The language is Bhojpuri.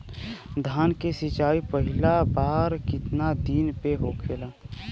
धान के सिचाई पहिला बार कितना दिन पे होखेला?